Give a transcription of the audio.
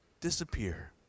disappear